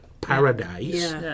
paradise